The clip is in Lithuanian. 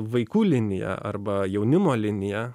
vaikų linija arba jaunimo linija